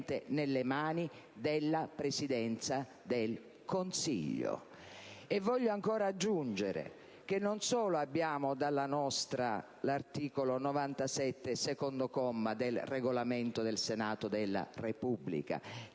E voglio ancora aggiungere che non solo abbiamo dalla nostra l'articolo 97, secondo comma, del Regolamento del Senato della Repubblica,